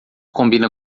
combina